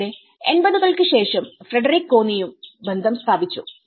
പിന്നീട് എൺപതുകൾക്ക് ശേഷം ഫ്രെഡറിക് കോന്നിയുംബന്ധം സ്ഥാപിച്ചു